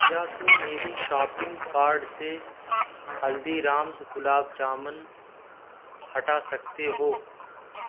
کیا تم میری شاپنگ کارڈ سے ہلدی رامز گلاب جامن ہٹا سکتے ہو